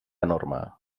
enorme